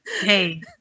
hey